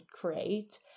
create